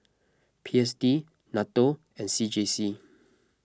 P S D N A T O and C J C